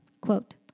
Quote